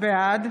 בעד